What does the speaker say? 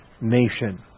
nation